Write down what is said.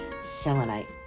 selenite